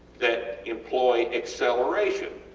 that employ acceleration